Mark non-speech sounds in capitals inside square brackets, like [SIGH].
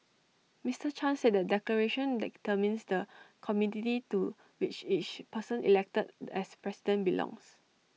Mister chan said the declaration determines the community to which [UNINTELLIGIBLE] person elected as president belongs